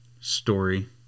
story